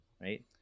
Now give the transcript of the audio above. right